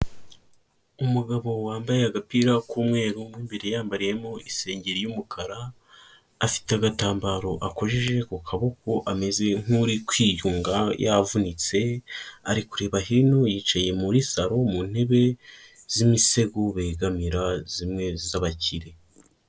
Umugabo wambaye agapira k'umweru mo imbere yambariyemo isengeri y'umukara, afite agatambaro akojeje ku kaboko ameze nk'uri kwiyunga yavunitse, ari kureba hino yicaye muri saro mu ntebe z'imisego begamira zimwe z'abakire.